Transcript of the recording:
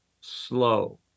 slow